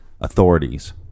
authorities